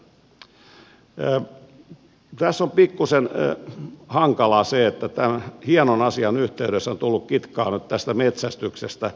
tässä on pikkuisen hankalaa se että tämän hienon asian yhteydessä on tullut kitkaa nyt tästä metsästyksestä